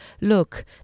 Look